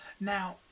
Now